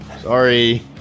sorry